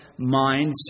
mindset